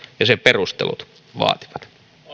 ja sen perustelut vaativat